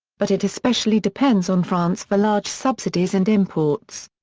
but it especially depends on france for large subsidies and imports.